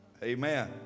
Amen